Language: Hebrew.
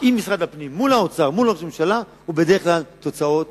מול האוצר ומול ראש הממשלה נותנות תוצאות